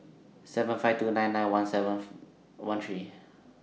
seven five two nine nine one four seven one three